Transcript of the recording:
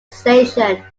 station